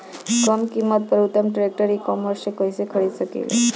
कम कीमत पर उत्तम ट्रैक्टर ई कॉमर्स से कइसे खरीद सकिले?